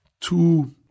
two